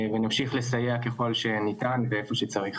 ונמשיך לסייע ככל שניתן ואיפה שצריך.